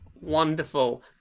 Wonderful